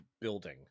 building